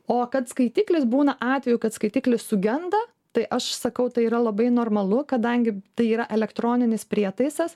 o kad skaitiklis būna atvejų kad skaitiklis sugenda tai aš sakau tai yra labai normalu kadangi tai yra elektroninis prietaisas